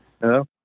Hello